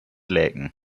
laeken